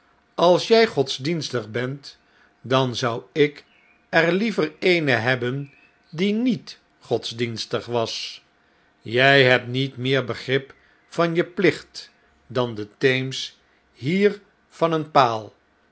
als jy godsdienstig bent dan zou ik er liever eene hebben die niet godsdienstig was jfl hebt niet meer begrip van je plicht dan den theems hier van een paal